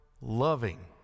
loving